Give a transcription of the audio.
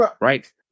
Right